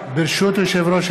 חברים,